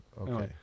Okay